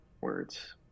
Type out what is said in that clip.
words